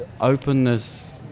Openness